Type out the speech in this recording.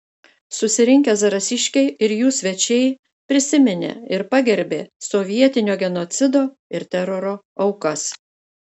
susirinkę zarasiškiai ir jų svečiai prisiminė ir pagerbė sovietinio genocido ir teroro aukas